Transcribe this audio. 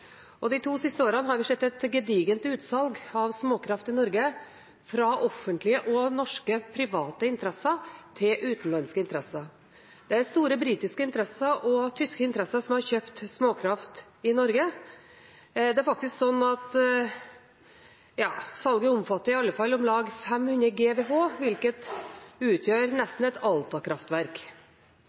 og de to siste årene har vi sett et gedigent utsalg av småkraft i Norge fra offentlige og norske private interesser til utenlandske interesser. Det er store britiske interesser og tyske interesser som har kjøpt småkraft i Norge. Det er faktisk slik at salget omfatter iallfall om lag 500 GWh, hvilket utgjør nesten et